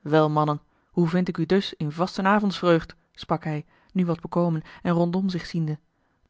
wel mannen hoe vind ik u dus in vastenavondsvreugd a l g bosboom-toussaint de delftsche wonderdokter eel sprak hij nu wat bekomen en rondom zich ziende